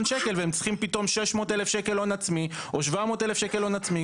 שקל והם צריכים פתאום 600,000 שקל הון עצמי או 700,000 שקל הון עצמי